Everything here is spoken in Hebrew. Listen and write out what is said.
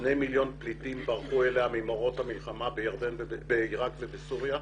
שני מיליון פליטים ברחו אליה מהמלחמה בעירק ובסוריה.